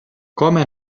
come